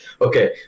Okay